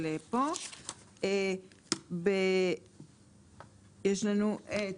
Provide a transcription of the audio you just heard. --- יש לנו את